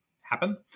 happen